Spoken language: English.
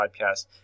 podcast